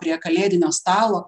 prie kalėdinio stalo